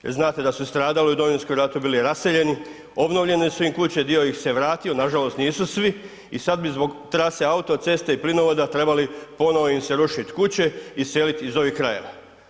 Jel znate da su stradali u domovinskom ratu, bili raseljeni, obnovljene su im kuće, dio ih se vratio, nažalost nisu svi i sada bi zbog trase autoceste i plinovoda ponovo im se rušiti kuće i seliti iz ovih krajeva.